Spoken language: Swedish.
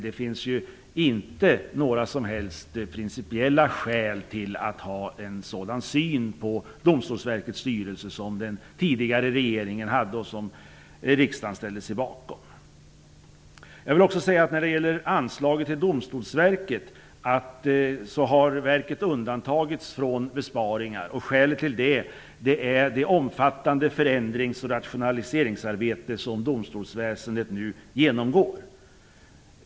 Det finns inte några som helst principiella skäl för att ha en sådan syn på Domstolsverkets styrelse som den tidigare regeringen hade och som riksdagen ställde sig bakom. När det gäller anslaget till Domstolsverket vill jag också säga att verket har undantagits från besparingar. Skälet är det omfattande förändrings och rationaliseringsarbete som domstolsväsendet nu genomgår.